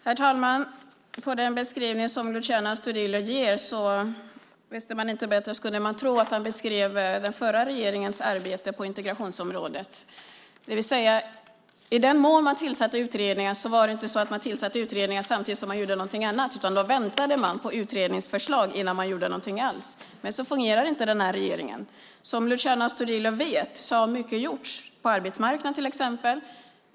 Herr talman! Om man inte visste bättre skulle man kunna tro att Luciano Astudillo beskriver den förra regeringens arbete på integrationsområdet. I den mån man tillsatte utredningar tillsatte man inte utredningar samtidigt som man gjorde något annat utan man väntade på utredningens förslag innan man gjorde något alls. Så fungerar inte den här regeringen. Som Luciano Astudillo vet har mycket gjorts på arbetsmarknaden till exempel.